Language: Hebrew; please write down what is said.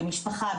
במשפחה,